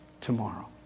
tomorrow